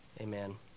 Amen